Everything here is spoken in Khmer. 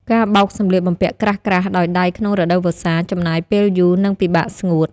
ការបោកសម្លៀកបំពាក់ក្រាស់ៗដោយដៃក្នុងរដូវវស្សា ចំណាយពេលយូរ និងពិបាកស្ងួត។